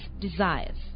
desires